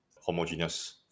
homogeneous